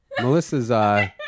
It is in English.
Melissa's